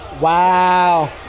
Wow